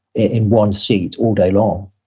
in one seat all day long.